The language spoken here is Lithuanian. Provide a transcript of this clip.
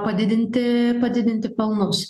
padidinti padidinti pelnus